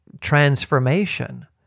transformation